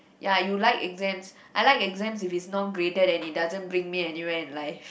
ya you like exams I like exams if it's non graded and it doesn't bring anywhere in life